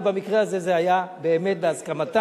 אבל במקרה הזה זה היה באמת בהסכמתם.